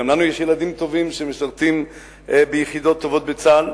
גם לנו יש ילדים טובים שמשרתים ביחידות טובות בצה"ל,